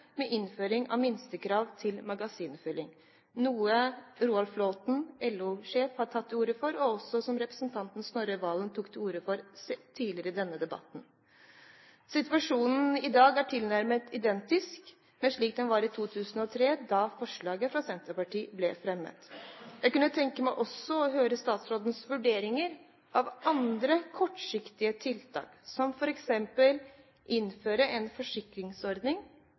med innføring av minstekrav til magasinfylling, noe LO-sjef Roar Flåthen har tatt til orde for, og som også representanten Snorre Serigstad Valen tok til orde for tidligere i denne debatten. Situasjonen i dag er tilnærmet identisk med det den var i 2003, da forslaget fra Senterpartiet ble fremmet. Jeg kunne også tenke meg å høre statsrådens vurderinger av andre kortsiktige tiltak, som f.eks. innføring av en forsikringsordning